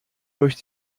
durch